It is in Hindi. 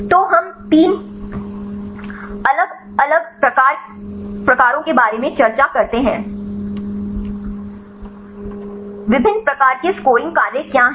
तो हम 3 अलग अलग प्रकारों के बारे में चर्चा करते हैं विभिन्न प्रकार के स्कोरिंग कार्य क्या हैं